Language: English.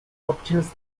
optimist